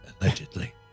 Allegedly